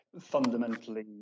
fundamentally